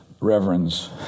reverends